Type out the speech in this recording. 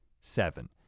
seven